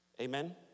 Amen